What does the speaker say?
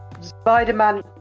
Spider-Man